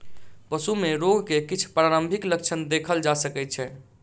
पशु में रोग के किछ प्रारंभिक लक्षण देखल जा सकै छै